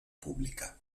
pública